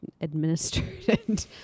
administered